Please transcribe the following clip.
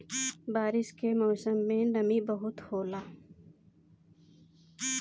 बारिश के मौसम में नमी बहुते होला